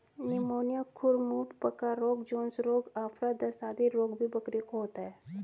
pneumonia, खुर मुँह पका रोग, जोन्स रोग, आफरा, दस्त आदि रोग भी बकरियों को होता है